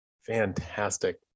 Fantastic